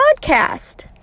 Podcast